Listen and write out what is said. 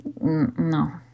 no